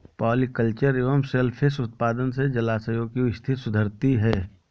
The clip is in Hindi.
पॉलिकल्चर एवं सेल फिश उत्पादन से जलाशयों की स्थिति सुधरती है